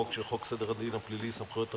חוק סדר הדין הפלילי (סמכויות אכיפה,